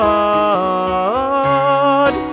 God